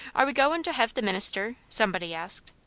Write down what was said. are we goin' to hev' the minister? somebody asked.